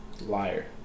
Liar